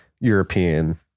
European